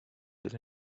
that